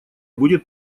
будет